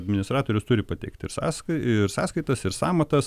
administratorius turi pateikti ir sąskai ir sąskaitas ir sąmatas